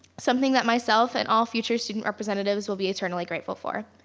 something that myself and all future student representatives will be eternally grateful for.